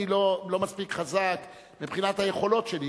אני לא מספיק חזק מבחינת היכולות שלי,